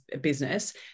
business